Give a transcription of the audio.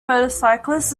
motorcyclist